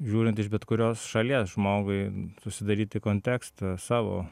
žiūrint iš bet kurios šalies žmogui susidaryti kontekstą savo